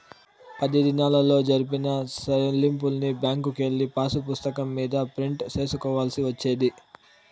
పది దినాల్లో జరిపిన సెల్లింపుల్ని బ్యాంకుకెళ్ళి పాసుపుస్తకం మీద ప్రింట్ సేసుకోవాల్సి వచ్చేది